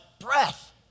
breath